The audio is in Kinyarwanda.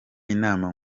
inama